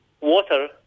water